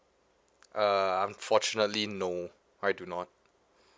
uh unfortunately no I do not